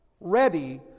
Ready